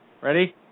Ready